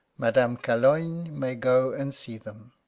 madame calogne may go and see them.